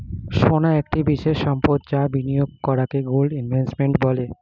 সোনা একটি বিশেষ সম্পদ যা বিনিয়োগ করাকে গোল্ড ইনভেস্টমেন্ট বলে